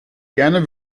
gerne